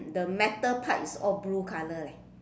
the metal part is all blue colour eh